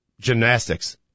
gymnastics